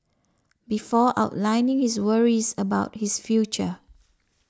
before outlining his worries about his future